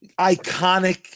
iconic